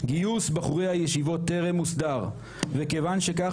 "גיוס בחורי הישיבות טרם הוסדר וכיוון שכך,